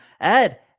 Ed